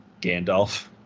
Gandalf